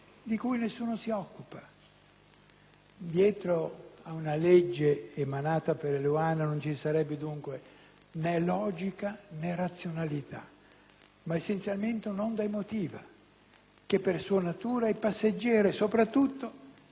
Dietro a una legge emanata per Eluana non ci sarebbe, dunque, né logica, né razionalità, ma essenzialmente un'onda emotiva, che per sua natura è passeggera e, soprattutto, è una cattiva consigliera.